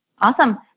awesome